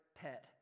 pet